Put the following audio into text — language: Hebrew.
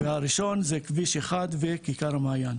הראשון הוא כביש אחד וכיכר המעיין.